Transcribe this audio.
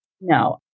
No